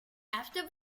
after